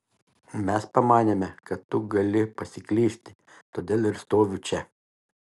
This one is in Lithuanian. mes pamanėme kad tu gali pasiklysti todėl ir stoviu čia